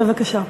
בבקשה.